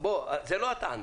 זאת לא הטענה.